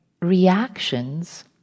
reactions